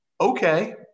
Okay